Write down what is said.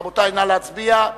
רבותי, נא להצביע.